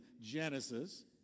Genesis